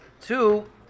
two